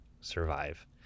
survive